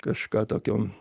kažką tokio